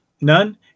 None